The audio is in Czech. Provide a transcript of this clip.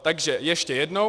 Takže ještě jednou.